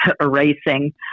erasing